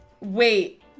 Wait